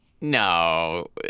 No